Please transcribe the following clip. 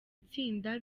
itsinda